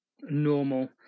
normal